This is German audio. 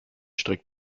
strick